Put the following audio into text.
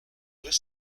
deux